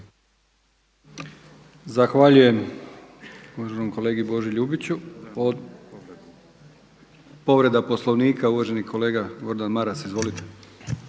Zahvaljujem uvaženom kolegi Boži Ljubiću. Povreda Poslovnika uvaženi kolega Gordan Maras. Izvolite.